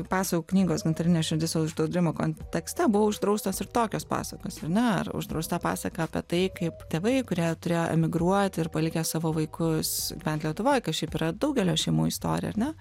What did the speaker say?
pasakų knygos gintarinė širdis uždraudimo kontekste buvo uždraustos ir tokios pasakos ar ne ir uždrausta pasaka apie tai kaip tėvai kurie turėjo emigruoti ir palikę savo vaikus bent lietuvoj kas šiaip yra daugelio šeimų istorija ar ne